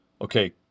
okay